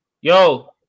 Yo